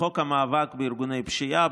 בחוק המאבק בארגוני פשיעה,